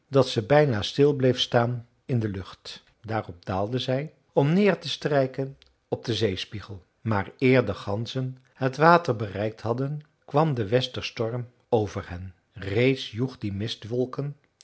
dat ze bijna stil bleef staan in de lucht daarop daalde zij om neer te strijken op den zeespiegel maar eer de ganzen het water bereikt hadden kwam de westerstorm over hen reeds joeg die